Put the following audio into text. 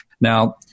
Now